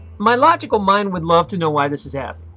my logical mind would love to know why this is yeah